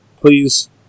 please